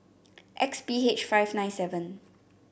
X P H five nine seven